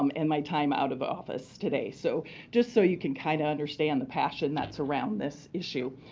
um and my time out of office today. so just so you can kind of understand the passion that's around this issue.